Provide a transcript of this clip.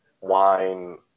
wine